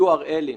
URL-ים,